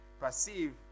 perceive